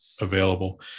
available